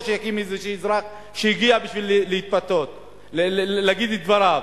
שיקים איזה אזרח שהגיע להגיד את דבריו.